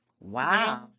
wow